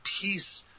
peace